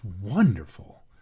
wonderful